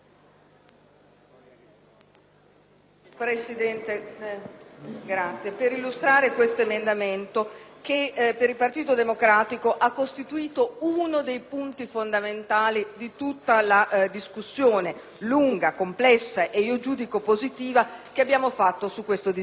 Presidente, vorrei illustrare l'emendamento 18.0.500, che per il Partito Democratico ha costituito uno dei punti fondamentali di tutta la discussione, lunga, complessa e io giudico positiva, che abbiamo svolto su questo disegno di legge.